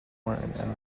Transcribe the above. martin